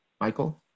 Michael